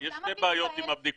למה בישראל צריך 24?